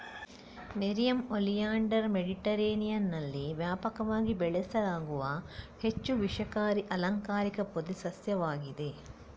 nerium oleander ಮೆಡಿಟರೇನಿಯನ್ನಲ್ಲಿ ವ್ಯಾಪಕವಾಗಿ ಬೆಳೆಸಲಾಗುವ ಹೆಚ್ಚು ವಿಷಕಾರಿ ಅಲಂಕಾರಿಕ ಪೊದೆ ಸಸ್ಯವಾಗಿದೆ